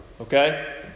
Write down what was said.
Okay